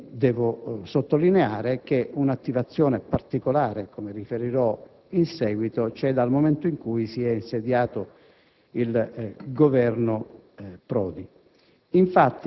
inoltre sottolineare che un'attivazione particolare - come riferirò in seguito - si è verificata dal momento in cui si è insediato il Governo Prodi.